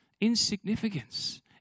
insignificance